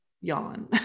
yawn